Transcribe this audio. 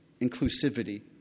inclusivity